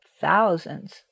thousands